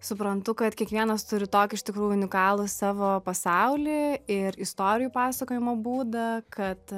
suprantu kad kiekvienas turi tokį iš tikrųjų unikalų savo pasaulį ir istorijų pasakojimo būdą kad